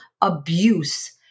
abuse